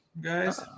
guys